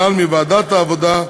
הנ"ל מוועדת העבודה,